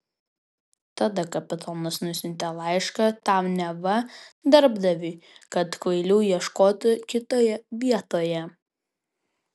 tada kapitonas nusiuntė laišką tam neva darbdaviui kad kvailių ieškotų kitoje vietoje